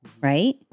right